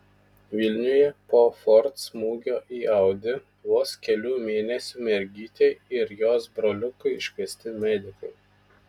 vilniuje po ford smūgio į audi vos kelių mėnesių mergytei ir jos broliukui iškviesti medikai